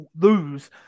lose